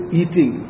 eating